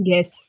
Yes